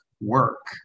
work